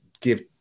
give